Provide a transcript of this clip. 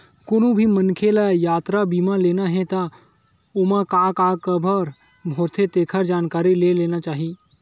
कोनो भी मनखे ल यातरा बीमा लेना हे त ओमा का का कभर होथे तेखर जानकारी ले लेना चाही